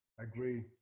Agree